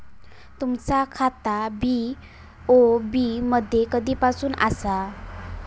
तुमचा खाता बी.ओ.बी मध्ये कधीपासून आसा?